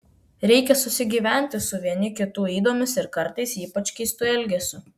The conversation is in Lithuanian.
reikia susigyventi su vieni kitų ydomis ir kartais ypač keistu elgesiu